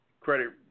Credit